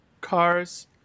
cars